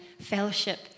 fellowship